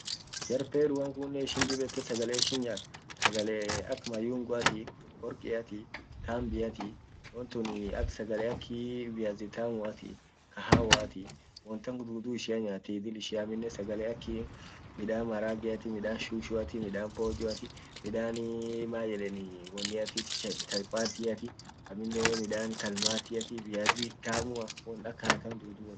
Jar Peruan kunnen ishin dib ete sagale ishin nyaat, sagalee ak mayunguati, workiati, tambiati, won tun ak sagale akii viazi tamuati, kahawati, wontan dudu ishia nyaati idill ishia amminen sagale aki midan marageati, midan shushuati, midan pojoati, midanii maeden, unintelligible > amminen midan kalmatiati, viazi tamua, won akanatan dudu wot nyaati.